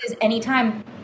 anytime